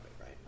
right